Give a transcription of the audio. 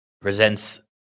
presents